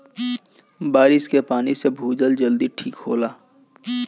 बारिस के पानी से भूजल जल्दी ठीक होला